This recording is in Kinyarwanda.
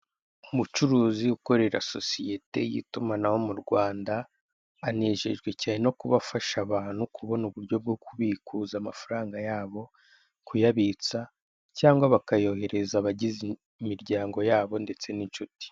Umucuruzi ukorera sosiyete y'itumanaho mu Rwanda, anejejwe cyane no kuba afasha abantu kubona uburyo bwo kubikuza amafaranga yabo, kuyabitsa cyangwa bakayoherereza abagize imiryango ndetse n'inshuti.